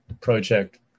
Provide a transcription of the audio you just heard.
project